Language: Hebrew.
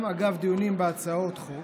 גם, אגב דיונים בהצעות חוק